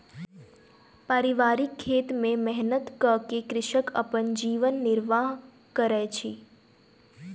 पारिवारिक खेत में मेहनत कअ के कृषक अपन जीवन निर्वाह करैत अछि